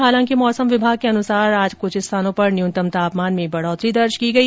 हालांकि मौसम विभाग के अनुसार आज कृष्ठ स्थानों पर न्यूनतम तापमान में बढ़ोतरी दर्जे की गई